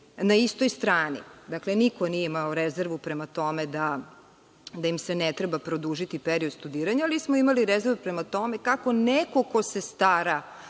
na istoj strani. Dakle, niko nije imao rezervu prema tome da im se ne treba produžiti period studiranja, ali smo imali rezervu prema tome kako neko ko se stara